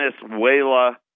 Venezuela